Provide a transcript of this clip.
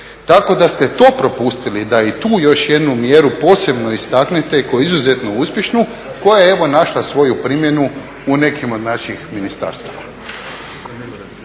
Tako da ste i to propustili, da i tu još jednu mjeru posebno istaknete kao izuzetno uspješnu koja je evo našla svoju primjenu u nekim od naših ministarstava.